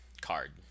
card